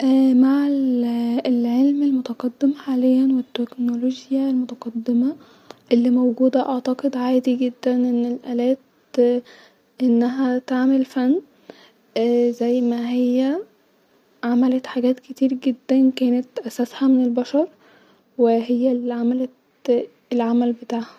ايه مع ال العلم المتقدم حاليا والتوك-نولوحيا المتقدمه-الموجوده اعتقد -عادي ان الالات -انعا تقدر تعمل فن زي ما هي-عملت حاجات كتير جدا كانت اساسها من البشر-وهي الي عملت العمل بتاعها